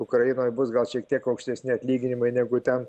ukrainoj bus gal šiek tiek aukštesni atlyginimai negu ten